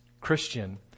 Christian